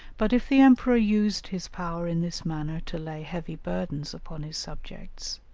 but if the emperor used his power in this manner to lay heavy burdens upon his subjects,